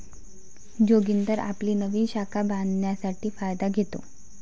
जोगिंदर आपली नवीन शाखा बांधण्यासाठी फायदा घेतो